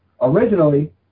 Originally